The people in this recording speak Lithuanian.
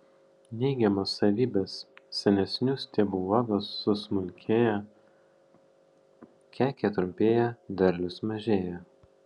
neigiamos savybės senesnių stiebų uogos susmulkėja kekė trumpėja derlius mažėja